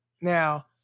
Now